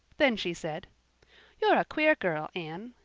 then she said you're a queer girl, anne.